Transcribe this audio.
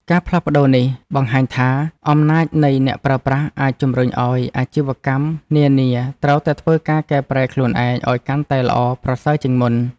ការផ្លាស់ប្តូរនេះបង្ហាញថាអំណាចនៃអ្នកប្រើប្រាស់អាចជម្រុញឲ្យអាជីវកម្មនានាត្រូវតែធ្វើការកែប្រែខ្លួនឯងឲ្យកាន់តែល្អប្រសើរជាងមុន។